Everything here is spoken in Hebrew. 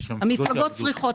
המפלגות צריכות,